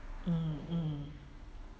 mm mm